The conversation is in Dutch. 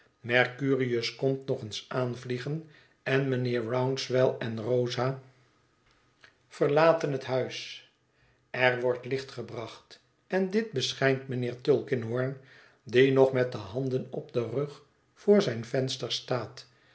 mercurius komt nog eens aanvliegen en mijnheer rouncewell en rosa verlaten het huis er wordt licht gebracht en dit beschijnt mijnheer tulkinghorn die nog met de handen op den rug voor zijn venster staat